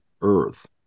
Earth